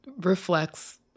reflects